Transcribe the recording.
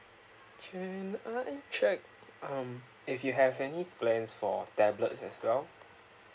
can I check um if you have any plans for tablet as well